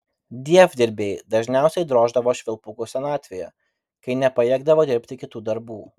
dievdirbiai dažniausiai droždavo švilpukus senatvėje kai nepajėgdavo dirbti kitų darbų